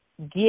give